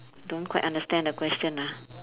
don't quite understand the question ah